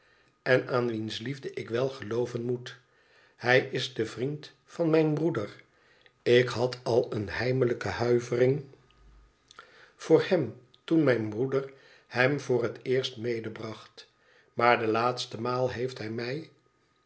en aan wiens liefde ik wel gelooven moet hij is de vriend van mijn broeder ik had al eene heimelijke huivering voor hem toen mijn broeder hem voor het eerst medebracht maar de laaste maal heeft hij mij